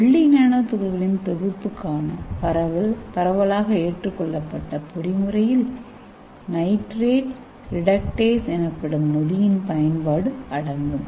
வெள்ளி நானோ துகள்களின் தொகுப்புக்கான பரவலாக ஏற்றுக்கொள்ளப்பட்ட பொறிமுறையில் நைட்ரேட் ரிடக்டேஸ் எனப்படும் நொதியின் பயன்பாடு அடங்கும்